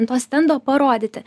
ant to stendo parodyti